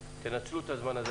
תנצלו את הזמן הזה.